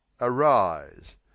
Arise